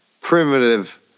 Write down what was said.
primitive